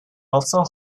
also